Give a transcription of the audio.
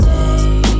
day